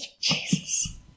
Jesus